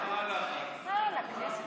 לוועדה שתקבע ועדת הכנסת נתקבלה.